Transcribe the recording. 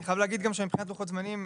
אני חייב להגיד גם שמבחינת לוחות זמנים,